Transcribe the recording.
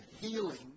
healing